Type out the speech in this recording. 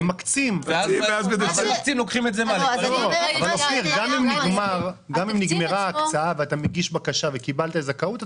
גם אם נגמרה ההקצאה ואתה מגיש בקשה וקיבלת זכאות,